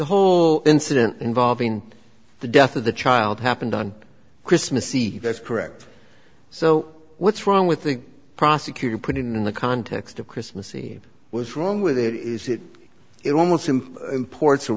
whole incident involving the death of the child happened on christmas eve that's correct so what's wrong with the prosecutor put in the context of christmas eve was wrong with there is it it almost simply imports a